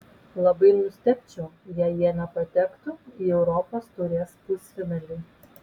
labai nustebčiau jei jie nepatektų į europos taurės pusfinalį